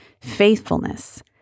faithfulness